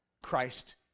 Christ